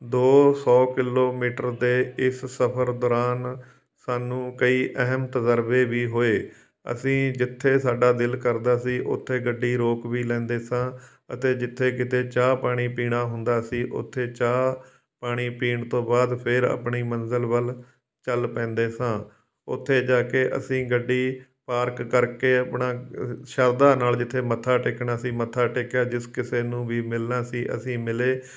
ਦੋ ਸੌ ਕਿਲੋਮੀਟਰ ਤੇ ਇਸ ਸਫਰ ਦੌਰਾਨ ਸਾਨੂੰ ਕਈ ਅਹਿਮ ਤਜਰਬੇ ਵੀ ਹੋਏ ਅਸੀਂ ਜਿੱਥੇ ਸਾਡਾ ਦਿਲ ਕਰਦਾ ਸੀ ਉੱਥੇ ਗੱਡੀ ਰੋਕ ਵੀ ਲੈਂਦੇ ਸਾਂ ਅਤੇ ਜਿੱਥੇ ਕਿਤੇ ਚਾਹ ਪਾਣੀ ਪੀਣਾ ਹੁੰਦਾ ਸੀ ਉੱਥੇ ਚਾਹ ਪਾਣੀ ਪੀਣ ਤੋਂ ਬਾਅਦ ਫਿਰ ਆਪਣੀ ਮੰਜ਼ਿਲ ਵੱਲ ਚੱਲ ਪੈਂਦੇ ਸਾਂ ਉੱਥੇ ਜਾ ਕੇ ਅਸੀਂ ਗੱਡੀ ਪਾਰਕ ਕਰਕੇ ਆਪਣਾ ਸ਼ਰਧਾ ਨਾਲ ਜਿੱਥੇ ਮੱਥਾ ਟੇਕਣਾ ਸੀ ਮੱਥਾ ਟੇਕਿਆ ਜਿਸ ਕਿਸੇ ਨੂੰ ਵੀ ਮਿਲਣਾ ਸੀ ਅਸੀਂ ਮਿਲੇ